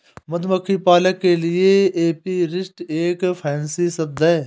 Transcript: मधुमक्खी पालक के लिए एपीरिस्ट एक फैंसी शब्द है